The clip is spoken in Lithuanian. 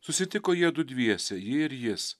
susitiko jiedu dviese ji ir jis